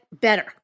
better